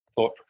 Thought